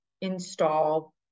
install